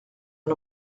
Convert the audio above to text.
une